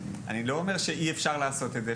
אני לא אומר שאי אפשר לעשות את זה.